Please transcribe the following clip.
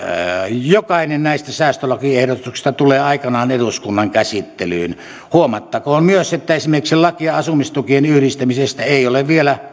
jokainen näistä säästölakiehdotuksista tulee aikanaan eduskunnan käsittelyyn huomattakoon myös että esimerkiksi lakia asumistukien yhdistämisestä ei ole vielä